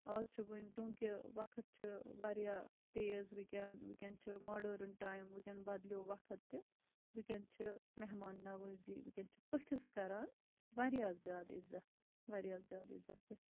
آز چھُ ؤنۍ چوٗنکہِ وقت چھُ واریاہ تیز وٕنکیٚن وٕنکیٚن چھُ ماڈٲرٕن ٹایم وٕنکین بَدلیو وقت تہِ وٕنکیٚن چھُ مہمان نَوٲزی وٕنکیٚن چھِ پھژِس کران واریاہ زیادٕ عِزت واریاہ زیادٕ عِزت چھِ